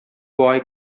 boy